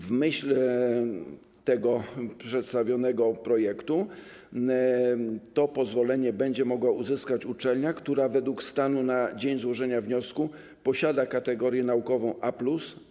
W myśl przedstawionego projektu pozwolenie będzie mogła uzyskać uczelnia, która według stanu na dzień złożenia wniosku posiada kategorię naukową A+,